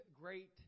great